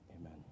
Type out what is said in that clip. Amen